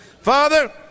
Father